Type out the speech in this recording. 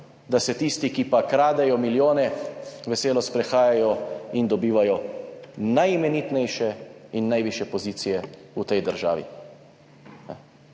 da se tisti, ki kradejo milijone, veselo sprehajajo in dobivajo najimenitnejše in najvišje pozicije v tej državi.